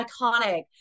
iconic